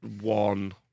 one